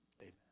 Amen